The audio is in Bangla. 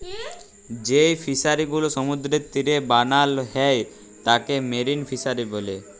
যেই ফিশারি গুলো সমুদ্রের তীরে বানাল হ্যয় তাকে মেরিন ফিসারী ব্যলে